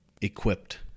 equipped